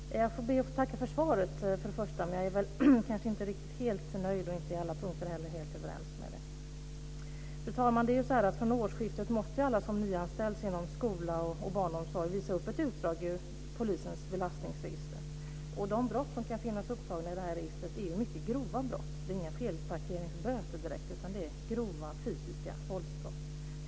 Fru talman! Jag ber först att få tacka ministern för svaret. Jag är dock kanske inte helt nöjd och inte heller på alla punkter helt överens med det. Fru talman! Från årsskiftet måste alla som nyanställs inom skola och barnomsorg visa upp ett utdrag ur polisens belastningsregister. De brott som kan finnas upptagna i detta register är mycket grova. Det är inte direkt några felparkeringsböter, utan det är grova fysiska våldsbrott.